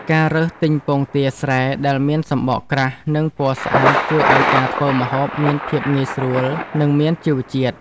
ការរើសទិញពងទាស្រែដែលមានសំបកក្រាស់ និងពណ៌ស្អាតជួយឱ្យការធ្វើម្ហូបមានភាពងាយស្រួល និងមានជីវជាតិ។